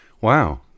Wow